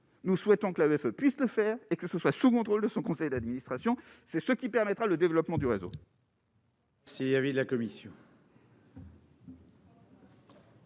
nous souhaitons que l'avait fait, puissent le faire et que ce soit sous contrôle de son conseil d'administration, c'est ce qui permettra le développement du réseau.